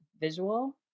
visual